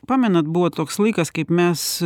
pamenat buvo toks laikas kaip mes